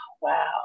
Wow